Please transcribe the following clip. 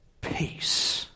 peace